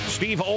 Steve